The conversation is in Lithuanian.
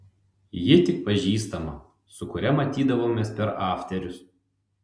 ji tik pažįstama su kuria matydavomės per afterius